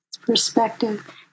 perspective